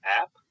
app